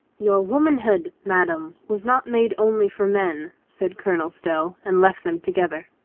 your womanhood, madame, was not made only for men, said colonel stow, and left them together.